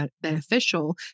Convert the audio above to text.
beneficial